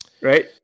right